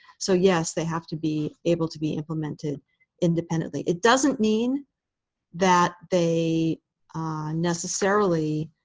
so yes, they have to be able to be implemented independently. it doesn't mean that they necessarily